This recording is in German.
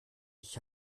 ich